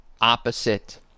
opposite